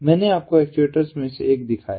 मैंने आपको एक्चुएटर्स में से एक दिखाया